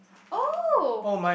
oh